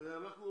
הרי אנחנו